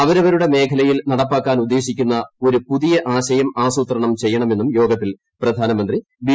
അവർപ്പർുടെ മേഖയിൽ നടപ്പാക്കാനുദ്ദേശിക്കുന്നു ഒരു പുതിയ ആശയം ആസൂത്രണം ചെയ്യണമെന്നും യോഗത്തിൽ പ്രധാനമന്ത്രി ബി